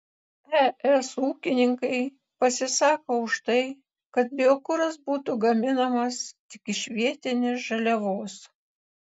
es ūkininkai pasisako už tai kad biokuras būtų gaminamas tik iš vietinės žaliavos